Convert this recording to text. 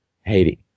haiti